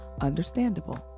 understandable